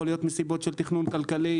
יכול להיות מסיבות של תכנון כלכלי,